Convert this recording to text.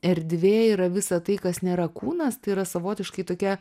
erdvė yra visa tai kas nėra kūnas tai yra savotiškai tokia